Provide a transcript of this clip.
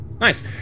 Nice